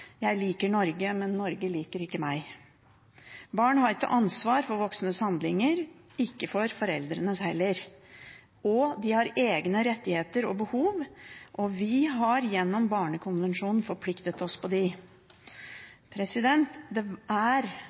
Jeg liker Norge, men Norge liker ikke meg. Barn har ikke ansvar for voksnes handlinger, ikke for foreldrenes heller. De har egne rettigheter og behov, og vi har gjennom Barnekonvensjonen forpliktet oss på dem. Det er